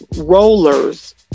rollers